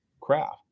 craft